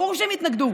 ברור שהם יתנגדו,